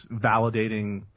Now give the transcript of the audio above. validating